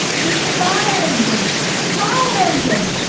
tis the fire-engine! the fire-engine!